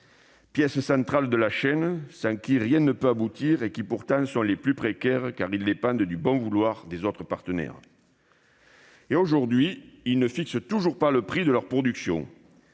Pièces centrales de la chaîne, sans qui rien ne peut aboutir, ils sont pourtant les plus précaires, car ils dépendent du bon vouloir de leurs partenaires. Aujourd'hui encore, ils ne fixent toujours pas le prix de leur production